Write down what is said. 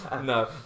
No